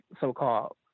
so-called